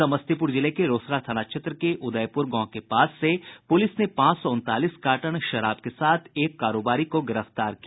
समस्तीपुर जिले के रोसड़ा थाना क्षेत्र के उदयपुर गांव के पास से पुलिस ने पांच सौ उन्तालीस कार्टन विदेशी शराब के साथ एक कारोबारी को गिरफ्तार किया